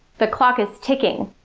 the clock is ticking.